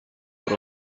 por